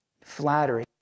flattery